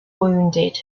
wounded